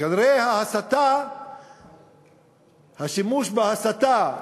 כנראה, השימוש ב"הסתה"